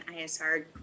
ISR